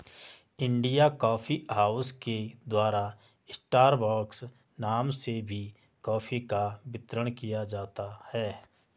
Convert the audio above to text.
India Coffee House के द्वारा Starbucks नाम से भी कॉफी का वितरण किया जाता है